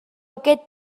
aquest